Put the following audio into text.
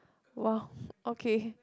!wow! okay